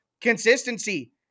consistency